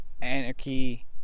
anarchy